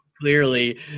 clearly